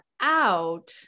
out